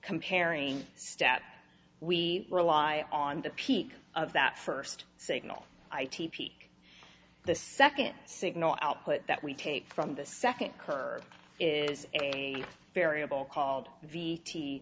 comparing stat we rely on the peak of that first signal i t peak the second signal output that we tape from the second curve is a variable called v t